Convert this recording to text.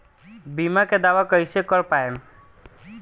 बीमा के दावा कईसे कर पाएम?